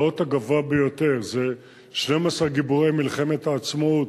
זה האות הגבוה ביותר, זה 12 גיבורי מלחמת העצמאות,